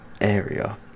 area